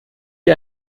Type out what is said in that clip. wie